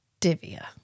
Divya